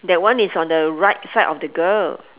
that one is on the right side of the girl